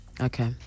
Okay